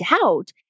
doubt